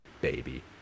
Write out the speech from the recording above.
baby